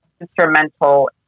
instrumental